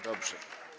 Dobrze.